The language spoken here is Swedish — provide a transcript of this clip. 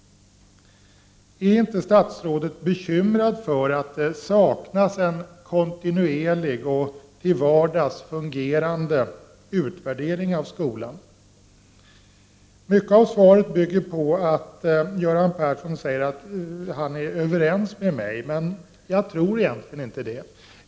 Är inte statsrådet bekymrad över att det saknas en kontinuerlig och till vardags fungerande utvärdering av skolan? Mycket av svaret bygger på att Göran Persson säger att han är överens med mig, men jag tror inte att han är det.